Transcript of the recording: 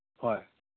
ꯍꯣꯏ